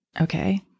Okay